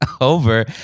over